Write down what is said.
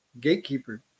Gatekeeper